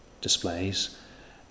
displays